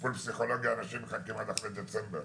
מחכים לטיפול פסיכולוגי עד אחרי דצמבר.